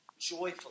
joyfully